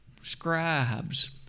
scribes